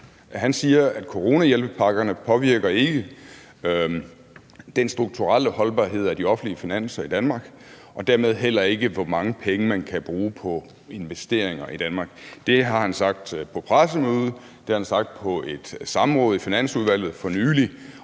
Han siger, coronahjælpepakkerne ikke påvirker den strukturelle holdbarhed af de offentlige finanser i Danmark og dermed heller ikke, hvor mange penge man kan bruge på investeringer i Danmark. Det har han sagt på pressemødet, og det har han sagt i et samråd i Finansudvalget for nylig.